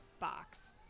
box